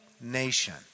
nation